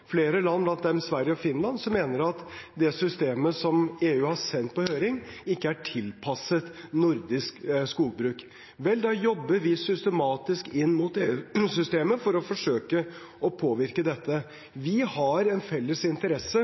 flere land, blant dem Sverige og Finland, som mener at det systemet som EU har sendt på høring, ikke er tilpasset nordisk skogbruk. Vel, da jobber vi systematisk inn mot EU-systemet for å forsøke å påvirke dette. Vi har en felles interesse